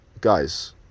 guys